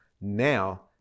Now